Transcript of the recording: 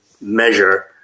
measure